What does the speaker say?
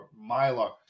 Mylar